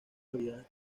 habilidades